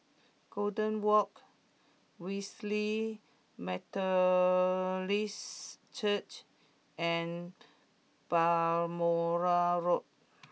Golden Walk Wesley Methodist Church and Balmoral Road